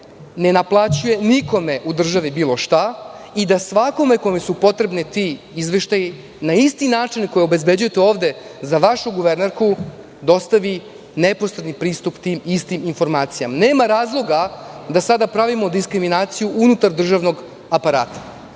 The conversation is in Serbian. ne naplaćuje nikome u državi bilo šta i da svakome kome su potrebni ti izveštaji na isti način na koji obezbeđujete ovde za vašu guvernerku, dostavi neposredni pristup tim istim informacijama. Nema razloga da sada pravimo diskriminaciju unutar državnog aparata.Zašto